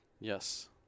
Yes